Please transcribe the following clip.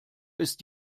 ist